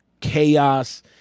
chaos